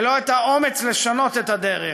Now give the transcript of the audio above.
ולא אומץ לשנות את הדרך,